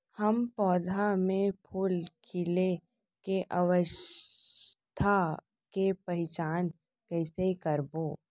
हम पौधा मे फूल खिले के अवस्था के पहिचान कईसे करबो